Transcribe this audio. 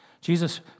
Jesus